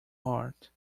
heart